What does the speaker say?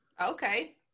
Okay